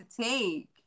take